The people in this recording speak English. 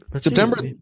september